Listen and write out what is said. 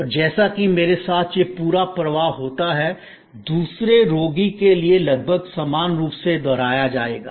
और जैसा कि मेरे साथ यह पूरा प्रवाह होता है दूसरे रोगी के लिए लगभग समान रूप से दोहराया जाएगा